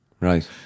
Right